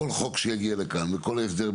כל חוק שיגיע לכאן וכל הסדר,